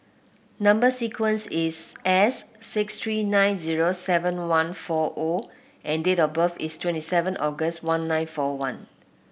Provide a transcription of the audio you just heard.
number sequence is S six three nine zero seven one four O and date of birth is twenty seven August one nine four one